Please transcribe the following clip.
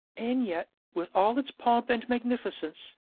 and yet, with all its pomp and magnificence,